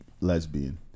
lesbian